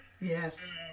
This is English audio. yes